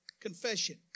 Confession